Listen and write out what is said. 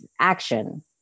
action